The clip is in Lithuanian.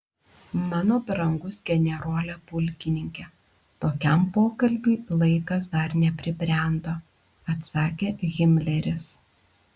mano brangus generole pulkininke tokiam pokalbiui laikas dar nepribrendo atsakė himleris